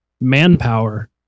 manpower